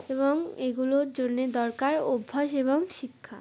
এবং এগুলোর জন্যে দরকার অভ্যাস এবং শিক্ষা